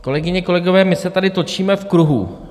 Kolegyně, kolegové, my se tady točíme v kruhu.